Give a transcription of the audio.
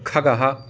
खगः